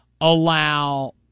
allow